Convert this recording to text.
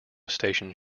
station